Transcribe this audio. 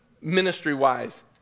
ministry-wise